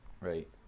Right